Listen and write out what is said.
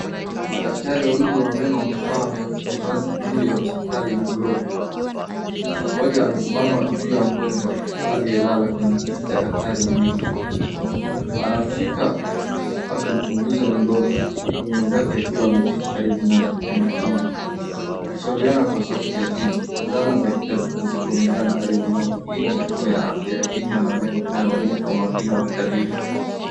Madaktari wawili wa meno wamevaa mavazi bluu ya hospitali na glovu. Mmoja amesimama juu ya mgonjwa aliyelala kwenye kiti cha daktari wa meno. Anamshika akimchunguza mdomo huku mwenzake akiwa ameketi karibu naye kwa makini. Wakishauriana kwa sauti ya chini, zana za kitabibu ziko mezani karibu nao. Hii ni huduma ya afya ya kinywa na meno inayoonyesha umakini wa kitabibu.